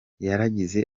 yaragize